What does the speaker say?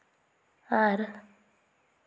ᱟᱨ